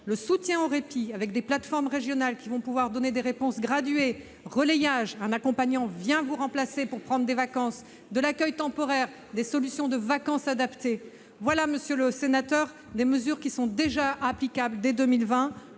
le soutien au répit avec des plateformes régionales qui pourront donner des réponses graduées, par exemple le relayage- un accompagnant vient vous remplacer pour vous permettre de prendre des vacances -, de l'accueil temporaire, des solutions de vacances adaptées. Voilà, monsieur le sénateur, des mesures qui seront applicables dès 2020.